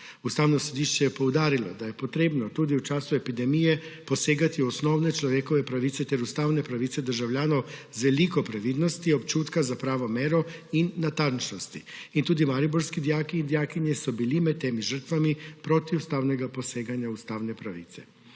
Ustavno sodišče je poudarilo, da je treba tudi v času epidemije posegati v osnovne človekove pravice ter ustavne pravice državljanov z veliko previdnostjo, občutkom za pravo mero in z veliko natančnosti. In tudi mariborski dijaki in dijakinje so bili med temi žrtvami protiustavnega poseganja v ustavne pravice.